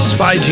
Spy